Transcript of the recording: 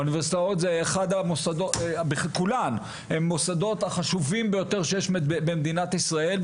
האוניברסיטאות הן המוסדות החשובים ביותר שיש במדינת ישראל,